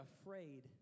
afraid